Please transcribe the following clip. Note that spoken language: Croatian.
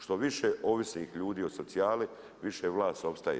Što više ovisnih ljudi o socijali, više vlast opstaje.